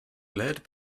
led